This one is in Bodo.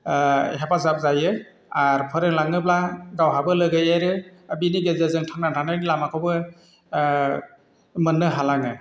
हेफाजाब जायो आर फोरोंलाङोब्ला गावहाबो लोगो एरो बिनि गेजेरजों थांनानै थानायनि लामाखौबो मोननो हालाङो